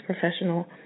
professional